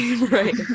right